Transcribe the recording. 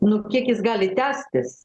nu kiek jis gali tęstis